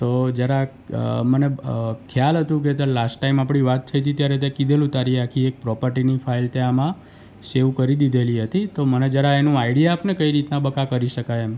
તો જરાક મને ખ્યાલ હતું કે તને લાસ્ટ ટાઈમ આપણી વાત થઈ હતી ત્યારે તે કીધેલું તારી આખી એક પ્રોપર્ટીની ફાઈલ તે આમાં સેવ કરી દીધેલી હતી તો મને જરા એનું આઈડિયા આપને કઈ રીતના બકા કરી શકાય એમ